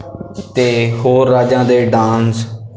ਅਤੇ ਹੋਰ ਰਾਜਾਂ ਦੇ ਡਾਂਸ